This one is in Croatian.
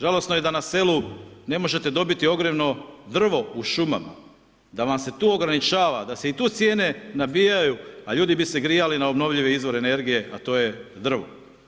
Žalosno je da na selu ne možete dobiti ogrjevno drvo u šumama, da vam se tu ograničava, da se i tu cijene nabijaju a ljudi bi se grijali na obnovljive izvore energije a to je drvo.